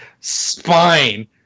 spine